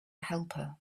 helper